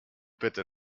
bitte